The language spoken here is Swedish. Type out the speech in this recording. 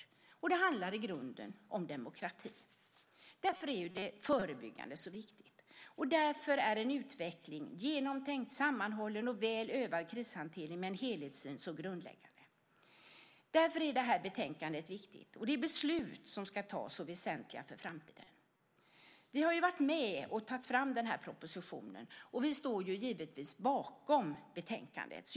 I grunden handlar det om demokrati. Därför är det förebyggande arbetet och utvecklingen av en genomtänkt, sammanhållen och väl övad krishantering med en helhetssyn så grundläggande. Och därför är också detta betänkande och de beslut som ska fattas så väsentliga för framtiden. Vänsterpartiet har varit med och tagit fram propositionen och står givetvis bakom betänkandets förslag.